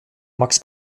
max